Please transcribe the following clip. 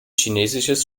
chinesisches